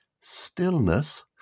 stillness